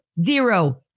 zero